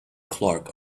clark